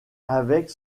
avec